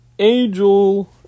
angel